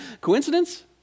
coincidence